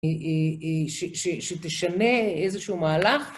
שתשנה איזשהו מהלך.